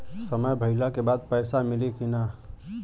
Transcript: समय भइला के बाद पैसा मिली कि ना?